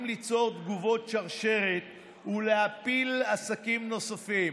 ליצור תגובות שרשרת ולהפיל עסקים נוספים,